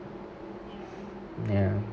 ya